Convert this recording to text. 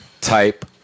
type